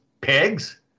pigs